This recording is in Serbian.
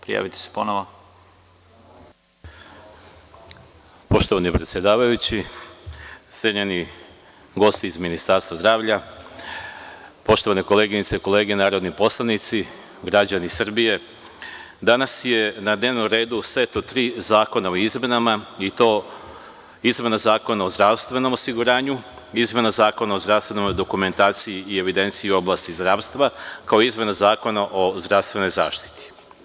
Poštovani predsedavajući, cenjeni gosti iz Ministarstva zdravlja, poštovane koleginice i kolege narodni poslanici, građani Srbije, danas je na dnevnom redu set od tri zakona o izmenama, i to izmena Zakona o zdravstvenom osiguranju, izmena Zakona o zdravstvenoj dokumentaciji i evidenciji u oblasti zdravstva, kao i izmena Zakona o zdravstvenoj zaštiti.